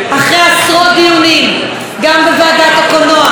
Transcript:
גם בוועדת הקולנוע וגם בוועדת החינוך,